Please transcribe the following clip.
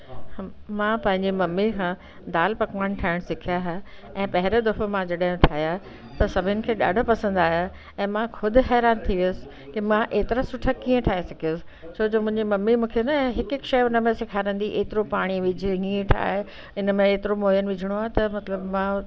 मां पंहिंजी मम्मी सां दाल पकवान ठाहिणु सिखिया हा ऐं पहिरियों दफ़ो मां ख़ुदि हैरानु थी वियसि की मां एतिरा सुठा कीअं ठाहे सघियसि छो जो मुंहिंजी मम्मीअ मूंखे न हिकु हिकु शइ उन में सेखारींदी हुई एतिरो पाणी विझु इअं ठाहे इन में एतिरो मुइण विझिड़ो आहे त मतिलबु मां